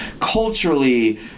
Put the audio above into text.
culturally